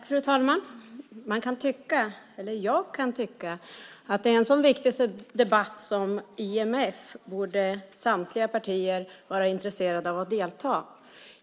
Fru talman! Jag kan tycka att i en så viktig debatt som den om IMF borde samtliga partier vara intresserade av att delta.